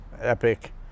epic